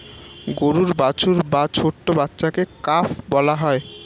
গরুর বাছুর বা ছোট্ট বাচ্ছাকে কাফ বলা হয়